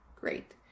great